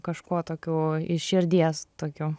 kažkuo tokiu iš širdies tokiu